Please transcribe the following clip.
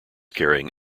carrying